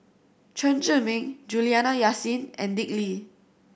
Chen Zhiming Juliana Yasin and Dick Lee